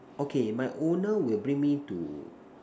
okay my owner will bring me to